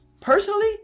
personally